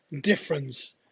difference